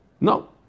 No